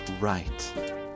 right